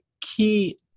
key